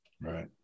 Right